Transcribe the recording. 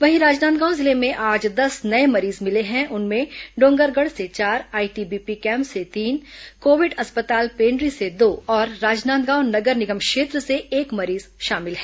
वहीं राजनांदगांव जिले में आज दस नये मरीज मिले हैं उनमें डोंगरगढ़ से चार आईटीबीपी कैम्प से तीन कोविड अस्पताल पेण्ड्री से दो और राजनांदगांव नगर निगम क्षेत्र से एक मरीज शामिल है